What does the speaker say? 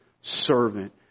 servant